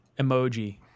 emoji